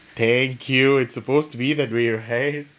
thank you it's supposed to be that way right